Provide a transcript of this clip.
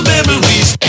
Memories